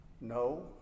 No